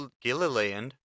Gilliland